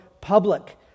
public